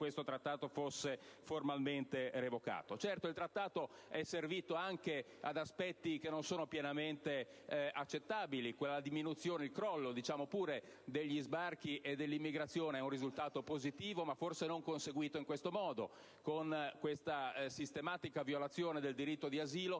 il Trattato è servito anche ad aspetti che non sono pienamente accettabili. La diminuzione - diciamo pure il crollo - degli sbarchi e dell'immigrazione è un risultato positivo, ma forse non se conseguito in questo modo, con questa sistematica violazione del diritto di asilo,